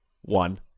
One